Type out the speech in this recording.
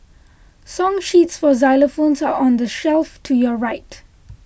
song sheets for xylophones are on the shelf to your right